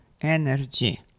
energy